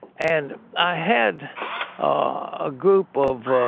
and i had a group of